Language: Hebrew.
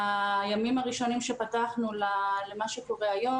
לעומת הימים הראשונים שפתחנו ועד היום,